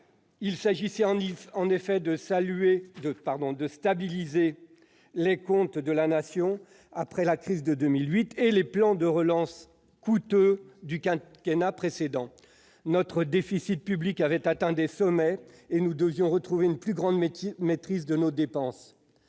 de taille, celui de la stabilisation des comptes de la Nation après la crise de 2008 et les plans de relance coûteux du mandat précédent. Notre déficit public avait atteint des sommets et nous devions retrouver une plus grande maîtrise de nos dépenses.